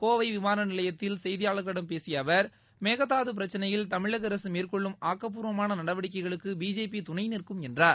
கோவை விமான நிலையத்தில் செய்தியாளர்களிடம் பேசிய அவர் மேகதாது பிரச்சினையில் தமிழக அரசு மேற்கொள்ளும் ஆக்கப்பூர்வமான நடவடிக்கைகளுக்கு பிஜேபி துணை நிற்கும் என்றார்